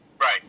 Right